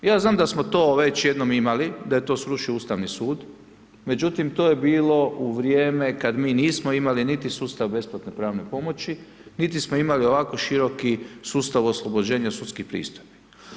Ja znam da smo to već jednom imali, da je to srušio Ustavni sud, međutim to je bilo u vrijeme kada mi nismo imali niti sustav besplatne pravne pomoći niti smo imali ovako široki sustav oslobođenja sudskih pristojbi.